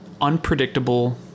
unpredictable